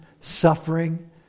suffering